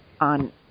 on